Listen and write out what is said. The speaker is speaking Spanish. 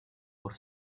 por